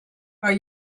are